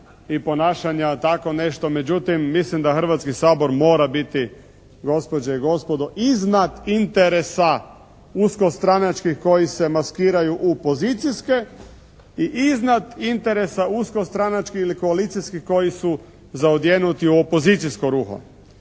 i ponašanja, tako nešto. Mislim da Hrvatski sabor mora biti gospođe i gospodo iznad interesa usko stranačkih koji se maskiraju u pozicijske i iznad interesa usko stranačkih i koalicijskih koji su zaodjenuti u opozicijsko ruho.